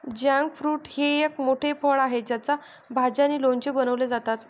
jackfruit हे एक मोठे फळ आहे ज्याच्या भाज्या आणि लोणचे बनवले जातात